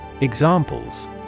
Examples